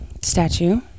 statue